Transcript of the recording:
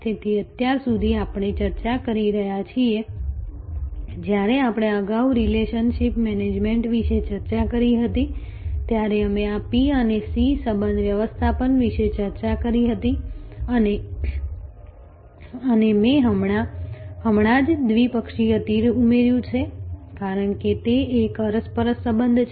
તેથી અત્યાર સુધી આપણે ચર્ચા કરી રહ્યા છીએ જ્યારે આપણે અગાઉ રિલેશનશિપ મેનેજમેન્ટ વિશે ચર્ચા કરી હતી ત્યારે અમે આ P થી C સંબંધ વ્યવસ્થાપન વિશે ચર્ચા કરી હતી અને મેં હમણાં જ દ્વિપક્ષીય તીર ઉમેર્યું છે કારણ કે તે એક અરસપરસ સંબંધ છે